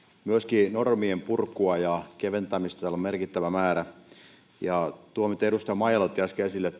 myöskin normien purkua ja keventämistä täällä on merkittävä määrä tuon minkä edustaja maijala otti äsken esille